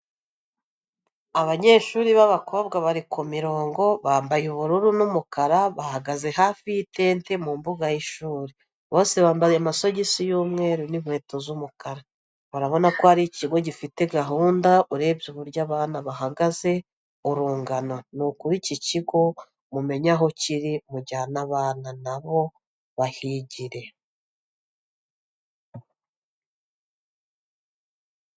Abanyeshuri b'abakobwa bari ku mirongo bambaye ubururu n'umukara bahagaze hafi y'itente mu mbuga y'ishuri, bose bambaye amasogisi y'umweru n'inkweto zumukara, urabona ko ari ikigo gifite gahunda urebye uburyo abana bahagaze, urungano, nukuri iki kigo mumenye aho kiri mujyaneyo abana na bo bahigire.